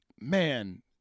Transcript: man